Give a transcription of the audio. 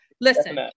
listen